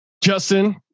Justin